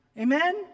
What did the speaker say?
amen